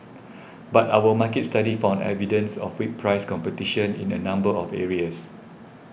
but our market study found evidence of weak price competition in a number of areas